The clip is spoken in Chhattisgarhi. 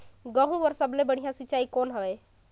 गहूं बर सबले बढ़िया सिंचाई कौन हवय?